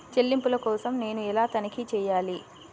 చెల్లింపుల కోసం నేను ఎలా తనిఖీ చేయాలి?